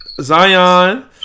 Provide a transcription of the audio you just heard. Zion